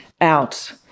out